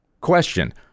Question